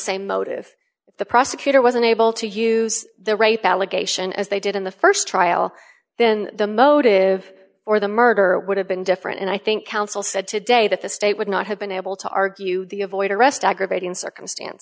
same motive the prosecutor was unable to use the rape allegation as they did in the st trial then the motive for the murder would have been different and i think counsel said today that the state would not have been able to argue the avoid arrest aggravating circumstance